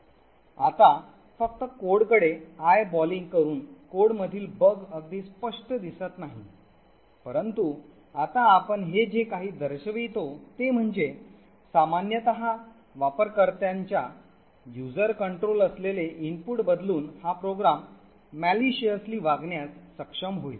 आता फक्त कोडकडे eyeballing करून कोडमधील बग अगदी स्पष्ट दिसत नाही परंतु आता आपण हे जे काही दर्शवितो ते म्हणजे सामान्यत वापरकर्त्याच्या नियंत्रणाखाली असलेले इनपुट बदलून हा प्रोग्राम maliciously वागण्यास सक्षम होईल